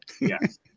Yes